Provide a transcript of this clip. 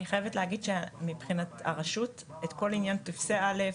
אני חייבת להגיד שמחינת רשות האוכלוסין וההגירה את כל עניין טפסי א',